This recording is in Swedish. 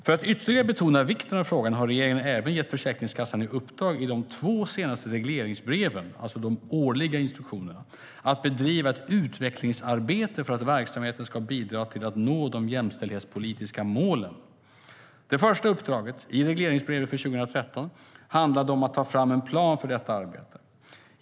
För att ytterligare betona vikten av frågan har regeringen även gett Försäkringskassan i uppdrag i de två senaste regleringsbreven, alltså de årliga instruktionerna, att bedriva ett utvecklingsarbete för att verksamheten ska bidra till att nå de jämställdhetspolitiska målen. Det första uppdraget, i regleringsbrevet för 2013, handlade om att ta fram en plan för detta arbete.